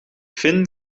finn